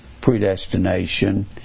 predestination